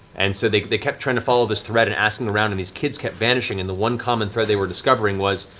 and so they they kept trying to follow this thread and asking around, and these kids kept vanishing, and the one common thread they were discovering was,